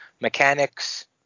Mechanics